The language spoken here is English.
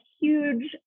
huge